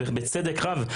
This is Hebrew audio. בצדק רב,